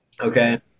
Okay